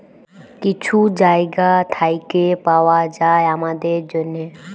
কিছু জায়গা থ্যাইকে পাউয়া যায় আমাদের জ্যনহে